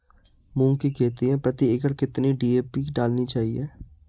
मूंग की खेती में प्रति एकड़ कितनी डी.ए.पी डालनी चाहिए?